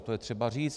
To je třeba říct.